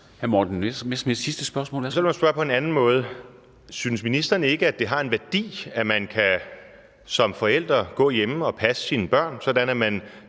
Morten Messerschmidt (DF): Så lad mig spørge på en anden måde. Synes ministeren ikke, at det har en værdi, at man som forældre kan gå hjemme og passe sine børn, sådan at man,